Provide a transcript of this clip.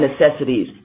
necessities